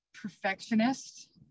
perfectionist